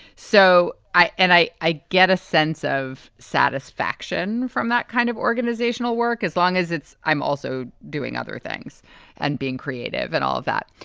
so i, and i, i get a sense of satisfaction from that kind of organizational work as long as it's. i'm also doing other things and being creative and all of that.